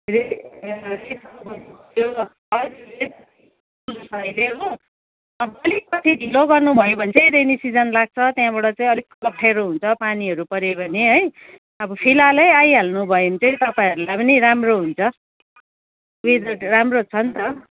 रेली भयो रिसाप भयो छ अहिले हो अलिकति ढिलो गर्नुभयो भने चाहिँ रेनी सिजन लाग्छ त्यहाँबाट अलिक अप्ठ्यारो हुन्छ पानीहरू पऱ्यो भने है अब फिलहालै आइहाल्नुभयो भने चाहिँ तपाईँहरूलाई पनि राम्रो हुन्छ वेदर राम्रो छ नि त